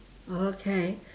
okay